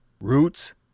roots